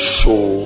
show